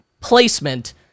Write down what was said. placement